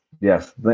Yes